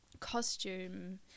costume